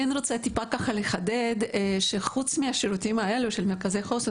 אני כן רוצה טיפה לחדד שחוץ מהשירותים האלה של מרכזי חוסן,